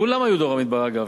כולם היו דור המדבר, אגב.